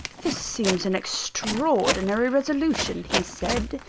this seems an extraordinary resolution, he said,